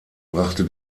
brachte